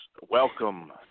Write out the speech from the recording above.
welcome